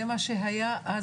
זה מה שהיה אז.